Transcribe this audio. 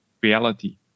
reality